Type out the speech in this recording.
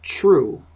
true